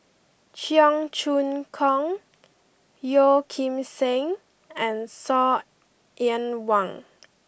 Cheong Choong Kong Yeo Kim Seng and Saw Ean Wang